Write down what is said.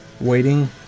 waiting